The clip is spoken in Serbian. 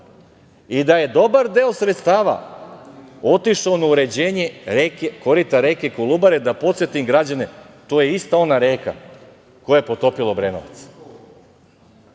i da je dobar deo sredstava otišao na uređenje korita reke Kolubare, da podsetim građane, to je ista ona reka koja je potopila Obrenovac. Sada